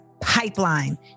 pipeline